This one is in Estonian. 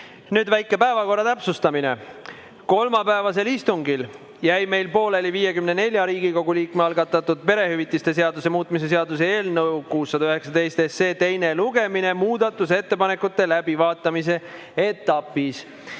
Nüüd väike päevakorra täpsustamine. Kolmapäevasel istungil jäi meil pooleli 54 Riigikogu liikme algatatud perehüvitiste seaduse muutmise seaduse eelnõu 619 teine lugemine muudatusettepanekute läbivaatamise etapis.